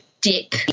dip